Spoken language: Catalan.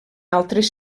altres